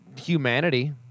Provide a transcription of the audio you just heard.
humanity